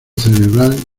cerebral